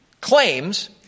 claims